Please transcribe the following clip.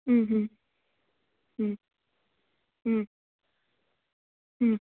ह्म् ह्म् ह्म् ह्म ह्म्